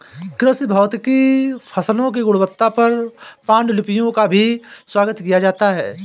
कृषि भौतिकी फसलों की गुणवत्ता पर पाण्डुलिपियों का भी स्वागत किया जाता है